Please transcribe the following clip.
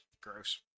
Gross